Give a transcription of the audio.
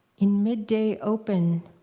in midday open,